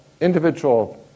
individual